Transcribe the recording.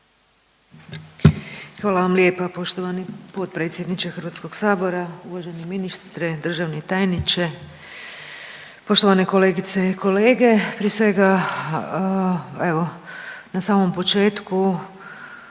Hvala vam lijepa poštovani potpredsjedniče Hrvatskog sabora. Uvaženi ministre, državni tajniče, poštovane kolegice, kolege, prije svega evo na samom početku